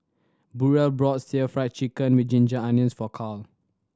Burrell brought still Fry Chicken with ginger onions for Karl